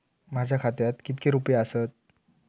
माझ्या खात्यात कितके रुपये आसत?